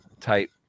type